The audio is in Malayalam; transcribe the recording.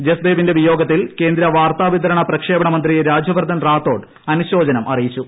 ജസ്ദേവിന്റെ വിയോഗത്തിൽ കേന്ദ്ര വാർത്താവിതരണ പ്രക്ഷേപണമന്ത്രി രാജ്യവർധൻ രാത്തോഡ് അനുശോചനമറിയിച്ചു